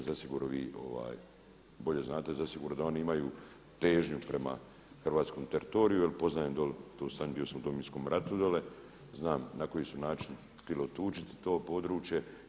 Zasigurno vi bolje znate, zasigurno oni imaju težnju prema hrvatskom teritoriju, jer poznajem dolje, tj. bio sam u Domovinskom ratu dole, znam na koji su način htjeli otuđiti to područje.